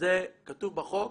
זה כתוב בחוק,